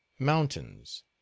mountains